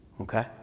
Okay